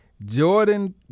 Jordan